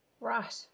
Right